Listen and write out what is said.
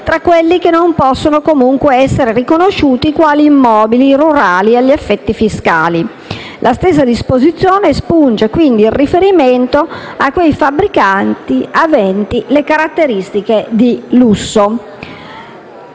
tra quelli che non possono essere riconosciuti quali immobili rurali agli effetti fiscali. La stessa disposizione espunge, quindi, il riferimento a quei fabbricati aventi caratteristiche di lusso.